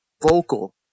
vocal